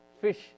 fish